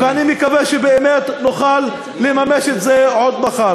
ואני מקווה שבאמת נוכל לממש את זה כבר מחר.